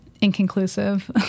inconclusive